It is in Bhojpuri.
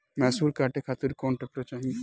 मैसूर काटे खातिर कौन ट्रैक्टर चाहीं?